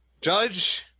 Judge